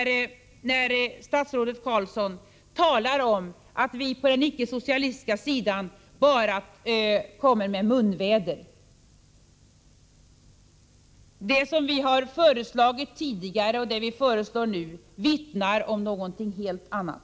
förmätet av statsrådet Carlsson att påstå att vi på den icke-socialistiska sidan bara kommer med munväder. Vad vi har föreslagit tidigare och vad vi föreslår nu vittnar om någonting helt annat.